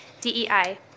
DEI